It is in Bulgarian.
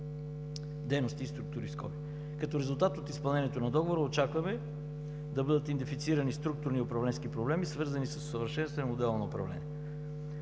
(дейности и структури)“. Като резултат от изпълнението на Договора, очакваме да бъдат идентифицирани структурни управленски проблеми, свързани с усъвършенстване модела на управление.